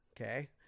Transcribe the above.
Okay